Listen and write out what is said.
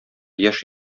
яшь